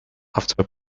after